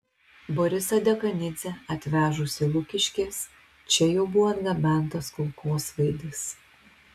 borisą dekanidzę atvežus į lukiškes čia jau buvo atgabentas kulkosvaidis